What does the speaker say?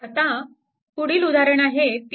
आता पुढील उदाहरण आहे 3